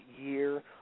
year